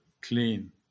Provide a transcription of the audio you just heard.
clean